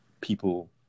people